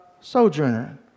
sojourner